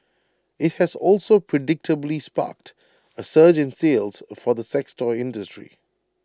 IT has also predictably sparked A surge in sales for the sex toy industry